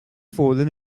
fallen